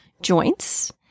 joints